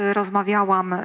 rozmawiałam